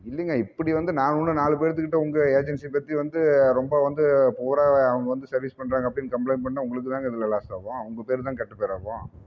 இல்லைங்க இப்படி வந்து நான் ஒன்றும் நாலு பேர்த்துக்கிட்ட உங்கள் ஏஜென்ஸியை பற்றி வந்து ரொம்ப வந்து புவராக அவங்க வந்து சர்வீஸ் பண்ணுறாங்க அப்படின்னு கம்பளைண்ட் பண்ணால் உங்களுக்கு தாங்க இதில் லாஸ் ஆகும் உங்கள் பேர் தான் கெட்ட பேர் ஆகும்